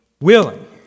Willing